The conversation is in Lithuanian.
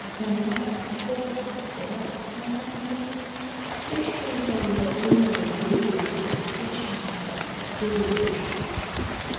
nacionalinės valstybės pasak jos iškreipia europinę idėją ir supriešina europos piliečius